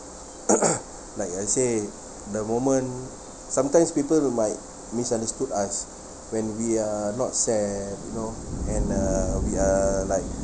like I say the moment sometimes people might misunderstood us when we are not sad you know and uh we are like